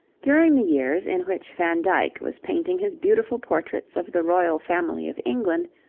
during the years in which van dyck was painting his beautiful portraits of the royal family of england,